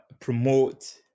promote